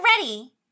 ready